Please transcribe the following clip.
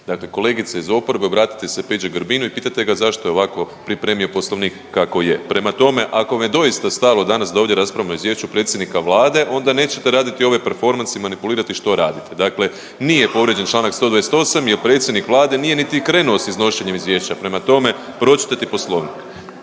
Dakle, kolegice iz oporbe obratite se Peđi Grbinu i pitajte ga zašto je ovako pripremio Poslovnik kako je. Prema tome ako vam je doista stalo danas da ovdje raspravljamo o izvješću predsjednika Vlade onda nećete raditi ove performanse i manipulirati što radite. Dakle, nije povrijeđen članak 128. jer predsjednik Vlade nije niti krenuo sa iznošenjem izvješća. Prema tome, pročitajte Poslovnik.